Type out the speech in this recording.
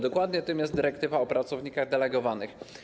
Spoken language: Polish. Dokładnie tym jest dyrektywa o pracownikach delegowanych.